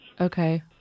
Okay